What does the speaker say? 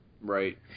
Right